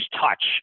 touch